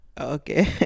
Okay